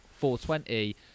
420